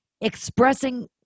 expressing